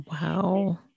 Wow